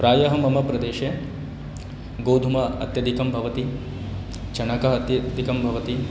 प्रायः मम प्रदेशे गोधूमः अत्यधिकः भवति चणकः अत्यधिकः भवति